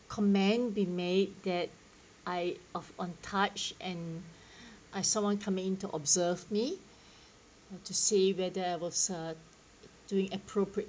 comment be made that I of on touch and uh someone come in to observe me to see where there was uh doing appropriate